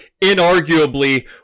inarguably